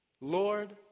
Lord